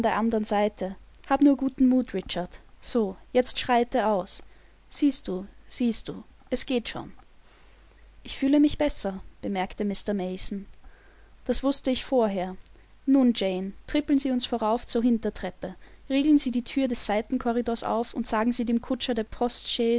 der andern seite hab nur guten mut richard so jetzt schreite aus siehst du siehst du es geht schon ich fühle mich besser bemerkte mr mason das wußte ich vorher nun jane trippeln sie uns vorauf zur hintertreppe riegeln sie die thür des seitenkorridors auf und sagen sie dem kutscher der postchaise